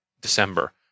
December